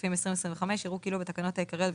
הכספים 2025 יראו כאילו בתקנות העיקריות,